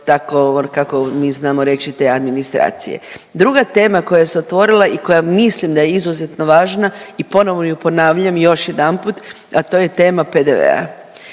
kako mi znamo reći te administracije. Druga tema koja se otvorila i koja mislim da je izuzetno važna i ponovo ju ponavljam još jedanput, a to je tema PDV-a,